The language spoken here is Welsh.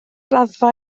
raddfa